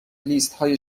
لیست